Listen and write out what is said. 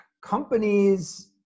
Companies